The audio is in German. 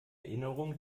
erinnerung